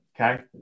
okay